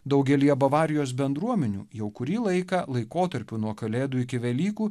daugelyje bavarijos bendruomenių jau kurį laiką laikotarpiu nuo kalėdų iki velykų